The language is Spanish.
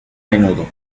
menudo